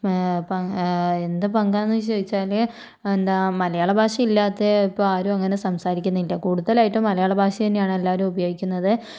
അപ്പം എന്ത് പങ്കാണെന്നു ചോദിച്ചാൽ എന്താ മലയാള ഭാഷ ഇല്ലാതെ ഇപ്പോൾ ആരും അങ്ങനെ സംസാരിക്കുന്നില്ല കൂടുതലായിട്ടും മലയാള ഭാഷ തന്നെയാണ് എല്ലാവരും ഉപയോഗിക്കുന്നത്